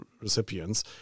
recipients